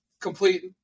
Complete